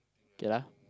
okay lah